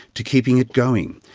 to keeping it going.